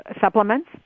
supplements